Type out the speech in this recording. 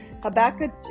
habakkuk